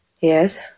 Yes